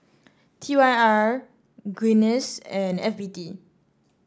T Y R Guinness and F B T